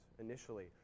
initially